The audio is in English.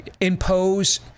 impose